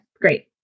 great